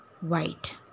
white